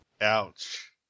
Ouch